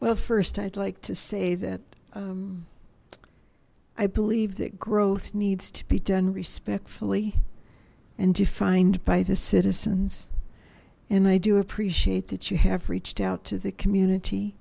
well first i'd like to say that i believe that growth needs to be done respectfully and defined by the citizens and i do appreciate that you have reached out to the community